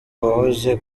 wahoze